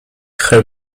her